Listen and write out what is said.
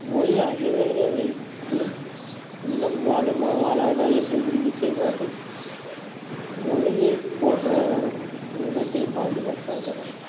மொழி அழிவதை வைத்து இனம் வாழுமா வாழாதா என்று முடிவு செய்வார்கள் மொழியை போற்றாதவன் இனத்தை பாதுகாக்காதவன்